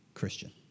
christian